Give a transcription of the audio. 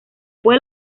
fue